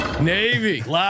navy